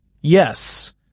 Yes